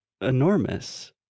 enormous